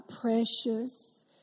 precious